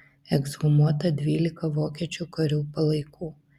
ekshumuota dvylika vokiečių karių palaikų